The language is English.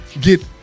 get